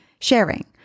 sharing